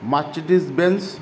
মাচিটিস Benz